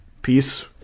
Peace